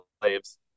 slaves